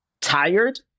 tired